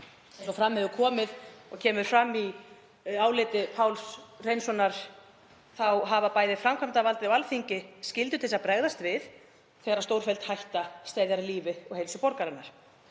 Eins og fram hefur komið, og kemur fram í áliti Páls Hreinssonar, hafa bæði framkvæmdarvaldið og Alþingi skyldu til að bregðast við þegar stórfelld hætta steðjar að lífi og heilsu borgaranna.